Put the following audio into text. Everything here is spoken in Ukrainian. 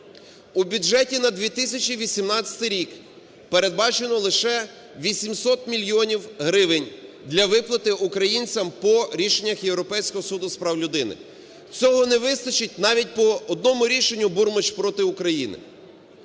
У бюджеті на 2018 рік передбачено лише 800 мільйонів гривень для виплати українцям по рішеннях Європейського суду з прав людини. Цього не вистачить навіть по одному рішенню "Бурмич проти України".